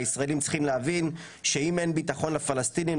והישראלים צריכים להבין שאם אין ביטחון לפלסטינים,